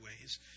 ways